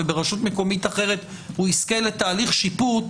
וברשות מקומית אחרת הוא יזכה לתהליך שיפוט